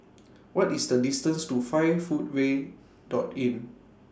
What IS The distance to five Foot Way Dot Inn